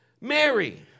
Mary